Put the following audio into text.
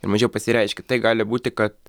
ir mažiau pasireiškia tai gali būti kad